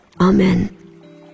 Amen